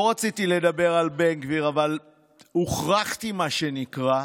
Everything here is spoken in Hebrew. לא רציתי לדבר על בן גביר, אבל הוכרחתי, מה שנקרא.